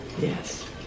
Yes